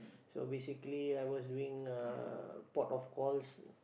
so basically I was doing uh port of calls